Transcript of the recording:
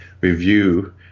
review